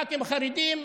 הח"כים החרדים,